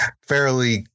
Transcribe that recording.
fairly